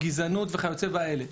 גזענות וכיוצא באלה.